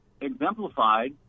exemplified